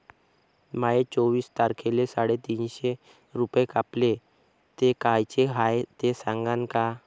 माये चोवीस तारखेले साडेतीनशे रूपे कापले, ते कायचे हाय ते सांगान का?